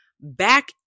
back